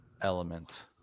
element